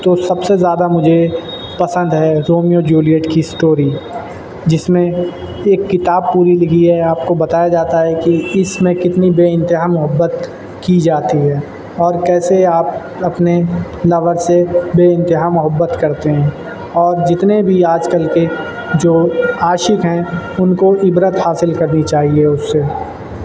تو سب سے زیادہ مجھے پسند ہے رومیو جولیٹ کی اسٹوری جس میں ایک کتاب پوری لکھی ہے آپ کو بتایا جاتا ہے کہ اس میں کتنی بےانتہا محبت کی جاتی ہے اور کیسے آپ اپنے لور سے بےانتہا محبت کرتے ہیں اور جتنے بھی آج کل کے جو عاشق ہیں ان کو عبرت حاصل کرنی چاہیے اس سے